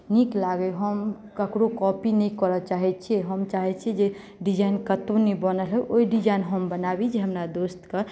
नीक लागै हम ककरो कॉपी नहि करय चाहैत छियै हम चाहैत छियै जे डिजाइन कतहु नहि बनल होइ ओ डिजाइन हम बनाबी जे हमरा दोस्तकेँ